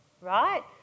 right